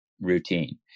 Routine